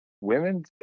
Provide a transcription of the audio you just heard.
women